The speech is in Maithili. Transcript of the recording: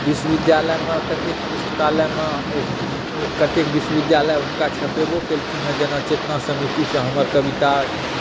विश्वविद्यालयमे कतेक पुस्तकालयमे कतेक विश्वविद्यालय हुनका छपेबो कएलखिन हँ जेना चेतना समितिसँ हमर कविता